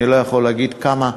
אני לא יכול להגיד כמה,